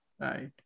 Right